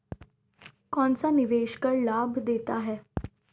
कौनसा निवेश कर लाभ देता है?